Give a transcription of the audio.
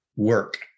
work